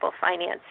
financing